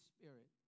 Spirit